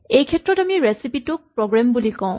এইক্ষেত্ৰত আমি ৰেচিপি টোক প্ৰগ্ৰেম বুলি কওঁ